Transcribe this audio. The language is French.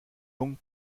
donc